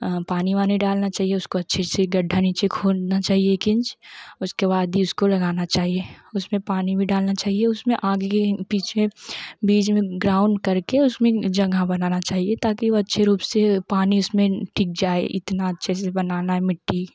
पानी वानी डालना चाहिए उसको अच्छे से गाढ़ा नीचे खोंना चाहिए एक इंच उसके बाद ही इसको लगाना चाहिए उसमें पानी वह भी डालना चाहिए उसमे आगे बीच में बीच में ग्राउंन कर के उसमें जगह बनाना चाहिए ताकि वह अच्छे रूप से पानी उसमें टिक जाए इतना से बनाना है मिट्टी